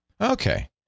Okay